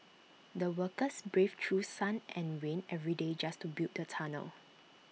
the workers braved through sun and rain every day just to build the tunnel